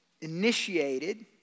initiated